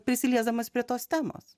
prisiliesdamas prie tos temos